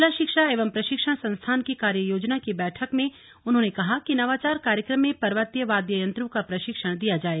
जिला शिक्षा एवं प्रशिक्षण संस्थान की कार्ययोजना की बैठक में उन्होंने कहा कि नवाचार कार्यक्रम में पर्वतीय वाद्य यंत्रों का प्रशिक्षण दिया जाय